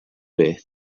beth